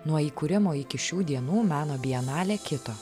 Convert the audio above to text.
nuo įkūrimo iki šių dienų meno bienalė kito